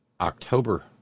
October